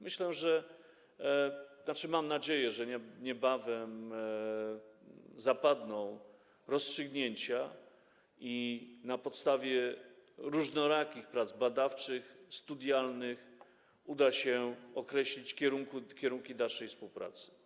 Myślę, to znaczy mam nadzieję, że niebawem zapadną rozstrzygnięcia i na podstawie różnorakich prac badawczych, studialnych uda się określić kierunki dalszej współpracy.